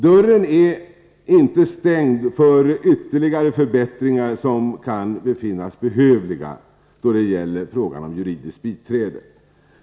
Dörren är inte stängd för ytterligare förbättringar som kan befinnas behövliga då det gäller frågan om juridiskt biträde.